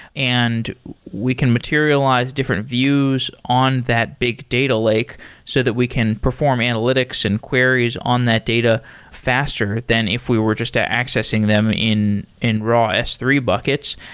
and we can materialize different views on that big data lake so that we can perform analytics and queries on that data faster than if we were just ah accessing them in in raw s three buckets.